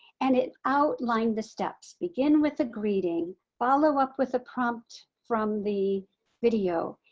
and it outlined the steps. begin with a greeting, followup with a prompt from the video.